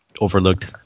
overlooked